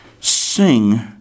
Sing